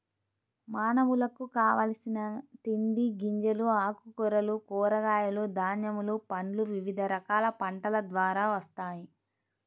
మానవులకు కావలసిన తిండి గింజలు, ఆకుకూరలు, కూరగాయలు, ధాన్యములు, పండ్లు వివిధ రకాల పంటల ద్వారా వస్తాయి